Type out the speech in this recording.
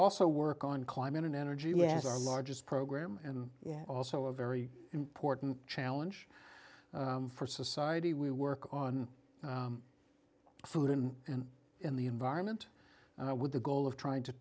also work on climate and energy as our largest program and also a very important challenge for society we work on food in and in the environment with the goal of trying to